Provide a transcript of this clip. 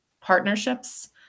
partnerships